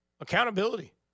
Accountability